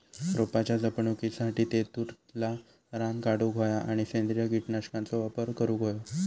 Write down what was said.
रोपाच्या जपणुकीसाठी तेतुरला रान काढूक होया आणि सेंद्रिय कीटकनाशकांचो वापर करुक होयो